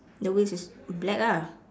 the wheels is black ah